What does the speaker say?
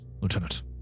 Lieutenant